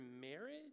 marriage